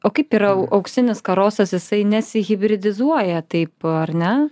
o kaip yra au auksinis karosas jisai nesihibridizuoja taip ar ne